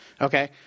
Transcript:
Okay